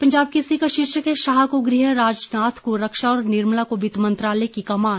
पंजाब केसरी का शीर्षक है शाह को गृह राजनाथ को रक्षा और निर्मला को वित्त मंत्रालय की कमान